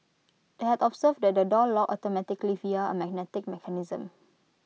they had observed that the door locked automatically via A magnetic mechanism